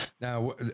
Now